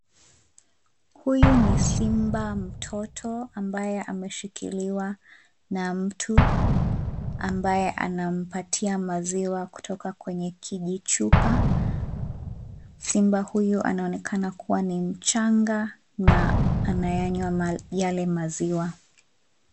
Huyu ni simba mtoto ambaye ameshikiliwa na mtu ambaye anampatia maziwa kutoka kwenye kijichupa. Simba huyo anaonekana kuwa ni mchanga na anayanywa yale maziwa.